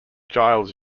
giles